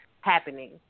happening